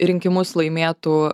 rinkimus laimėtų